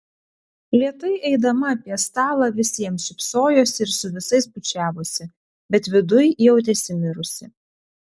lėtai eidama apie stalą visiems šypsojosi ir su visais bučiavosi bet viduj jautėsi mirusi